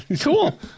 Cool